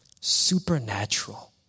supernatural